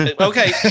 okay